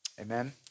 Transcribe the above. Amen